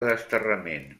desterrament